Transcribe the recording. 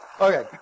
Okay